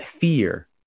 fear